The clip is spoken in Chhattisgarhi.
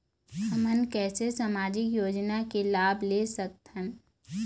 हमन कैसे सामाजिक योजना के लाभ ले सकथन?